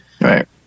right